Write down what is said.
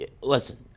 listen